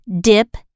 dip